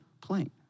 plane